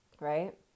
right